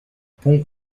pont